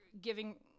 giving –